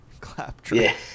claptrap